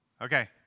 Okay